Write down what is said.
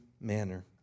manner